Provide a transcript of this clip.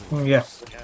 Yes